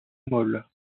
molle